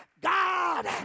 God